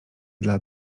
dla